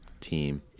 team